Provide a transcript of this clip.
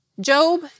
Job